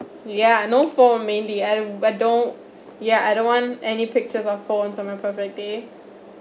ya no phone mainly I I don't ya I don't want any pictures or phones on my perfect day